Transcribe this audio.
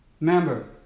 Remember